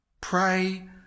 Pray